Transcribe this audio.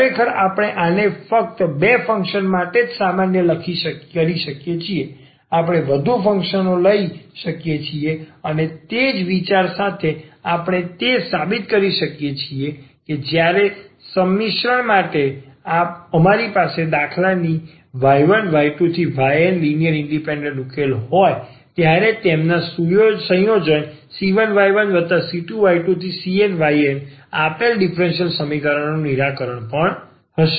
ખરેખર આપણે આને ફક્ત બે ફંક્શન ો માટે જ સામાન્ય કરી શકીએ છીએ આપણે વધુ ફંક્શન ો લઈ શકીએ છીએ અને તે જ વિચાર સાથે આપણે તે સાબિત કરી શકીએ છીએ કે જ્યારે સંમિશ્રણ માટે અમારી પાસે દાખલાની y1 y2 yn linear independent ઉકેલો હોય ત્યારે તેમના સંયોજનો c1y1c2y2⋯cnyn આપેલ ડીફરન્સીયલ સમીકરણ નું નિરાકરણ પણ હશે